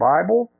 Bible